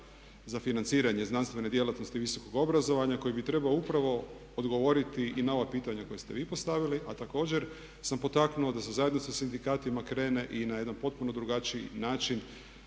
za financiranje znanstvene djelatnosti visokog obrazovanja koje bi trebao upravo odgovoriti i na ova pitanja koja ste vi postavili a također sam potaknuo da se zajedno sa sindikatima krene i na jedan potpuno drugačiji način